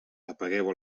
apagueu